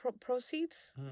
proceeds